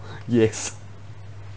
yes